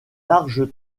large